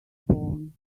born